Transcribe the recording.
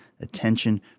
Attention